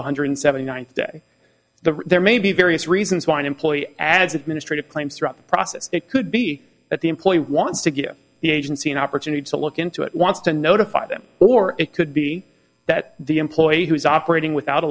one hundred seventy nine today the there may be various reasons why an employee adds administrative claims throughout the process it could be that the employer wants to give the agency an opportunity to look into it wants to notify them or it could be that the employee who is operating without